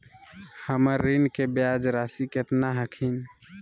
हमर ऋण के ब्याज रासी केतना हखिन?